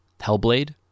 Hellblade